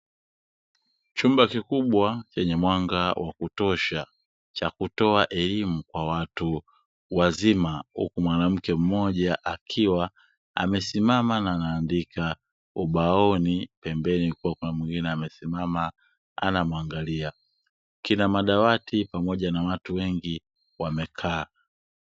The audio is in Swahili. Chumba kikubwa chenye mwanga wa kutosha, cha kutoa elimu kwa watu wazima. Huku mwanamke mmoja akiwa amesimama anaandika ubaoni. Pembeni kulikuwa kuna mwingine amesimama anamwangalia. Kina madawati pamoja na watu wengi wamekaa.